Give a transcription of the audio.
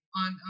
on